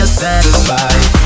satisfied